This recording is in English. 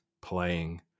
playing